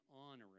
honoring